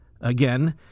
Again